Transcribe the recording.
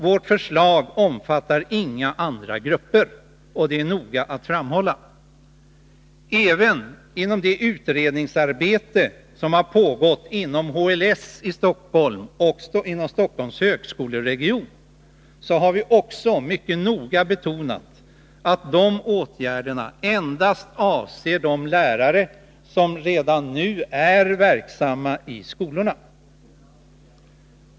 Vårt förslag omfattar inga andra grupper, och det är viktigt att framhålla. Även i det utredningsarbete som har pågått inom HLS i Stockholm och inom Stockholms högskoleregion har vi mycket starkt betonat att de åtgärderna endast avser de lärare som redan nu är verksamma i skolorna.